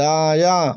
دایاں